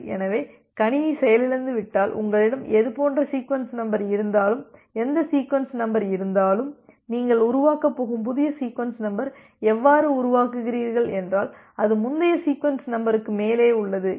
எனவே கணினி செயலிழந்துவிட்டால் உங்களிடம் எது போன்ற சீக்வென்ஸ் நம்பர் இருந்தாலும் எந்த சீக்வென்ஸ் நம்பர் இருந்தாலும் நீங்கள் உருவாக்கப் போகும் புதிய சீக்வென்ஸ் நம்பர் எவ்வாறு உருவாக்குகிறீர்கள் என்றால் அது முந்தைய சீக்வென்ஸ் நம்பருக்கு மேலே உள்ளது